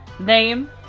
name